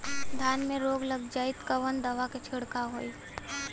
धान में रोग लग जाईत कवन दवा क छिड़काव होई?